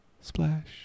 Splash